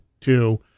two